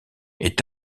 est